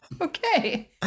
Okay